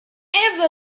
ever